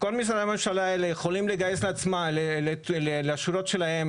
כל משרדי הממשלה האלה יכולים לגייס לשורות שלהם